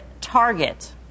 target